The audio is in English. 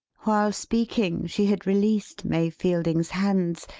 while speaking, she had released may fielding's hands,